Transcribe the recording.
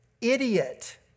idiot